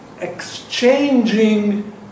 exchanging